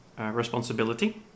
responsibility